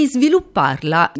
svilupparla